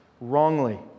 wrongly